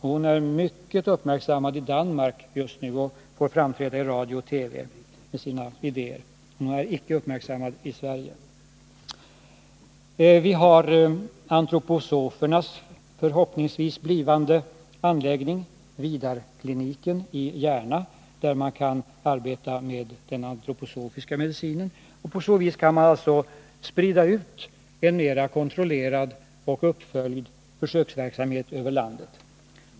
Hon är mycket uppmärksammad i Danmark just nu och får framträda i radio och TV med sina idéer, men i Sverige har hon inte uppmärksammats. Vi har antroposofernas förhoppningsvis blivande anläggning Vidarkliniken i Järna, där man kan arbeta med den antroposofiska medicinen. På så vis kan man alltså sprida ut en mera kontrollerad och uppföljd försöksverksamhet över landet.